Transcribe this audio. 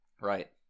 right